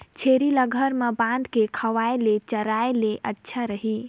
छेरी ल घर म बांध के खवाय ले चराय ले अच्छा रही?